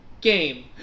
game